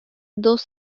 dos